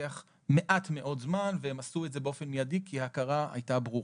לוקח מעט מאוד זמן והם עשו את זה באופן מיידי כי ההכרה הייתה ברורה.